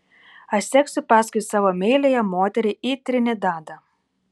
aš seksiu paskui savo meiliąją moterį į trinidadą